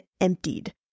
emptied